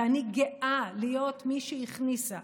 ואני גאה להיות מי שהכניסה,